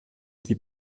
qui